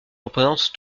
représente